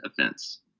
offense